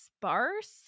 sparse